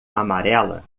amarela